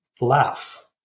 laugh